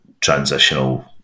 transitional